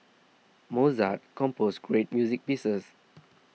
Mozart composed great music pieces